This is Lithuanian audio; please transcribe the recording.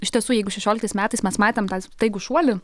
iš tiesų jeigu šešioliktais metais mes matėm tą staigų šuolį